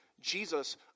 Jesus